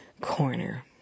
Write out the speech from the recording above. corner